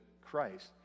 Christ